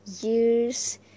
years